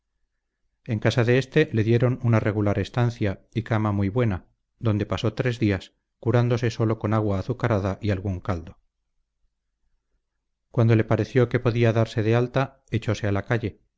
en casa de éste le dieron una regular estancia y cama muy buena donde pasó tres días curándose sólo con agua azucarada y algún caldo cuando le pareció que podía darse de alta echose a la calle